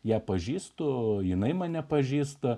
ją pažįstu jinai mane pažįsta